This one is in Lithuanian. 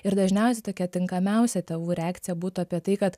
ir dažniausiai tokia tinkamiausia tėvų reakcija būtų apie tai kad